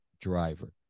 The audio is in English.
driver